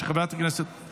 הצעת חוק הרשויות המקומיות (מימון בחירות)